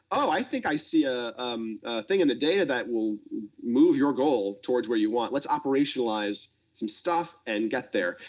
oh, i think i see a thing in the data that will move your goal towards where you want. let's operationalize some stuff and get there.